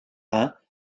rhin